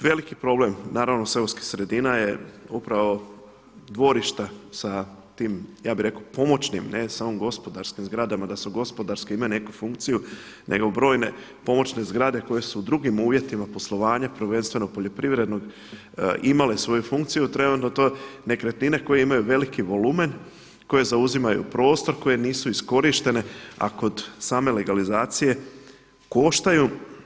Veliki problem naravno seoskih sredina je upravo dvorišta sa tim ja bih rekao pomoćnim a ne samo gospodarskim zgradama, da su gospodarske imaju neku funkciju nego brojne pomoćne zgrade koje su u drugim uvjetima poslovanja prvenstveno poljoprivrednog imale svoju funkciju trenutno to nekretnine koje imaju veliki volumen, koje zauzimaju prostor koje nisu iskorištene a kod same legalizacije koštaju.